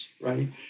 right